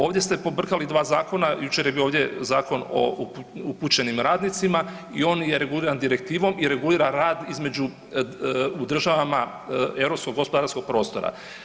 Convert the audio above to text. Ovdje ste pobrkali dva zakona, jučer je ovdje bio Zakon o upućenim radnicima i on je reguliran direktivom i regulira rad između u državama Europskog gospodarskog prostora.